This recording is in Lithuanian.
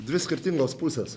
dvi skirtingos pusės